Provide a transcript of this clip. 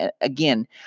Again